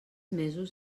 mesos